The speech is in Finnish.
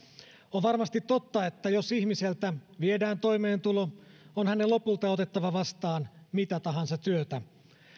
on varmasti totta että jos ihmiseltä viedään toimeentulo hänen on lopulta otettava vastaan mitä tahansa työtä